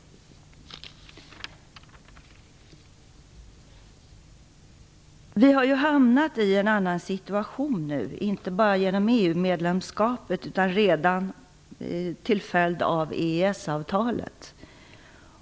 Vi har nu hamnat i en annan situation, inte bara genom EU-medlemskapet utan redan till följd av EES-avtalet.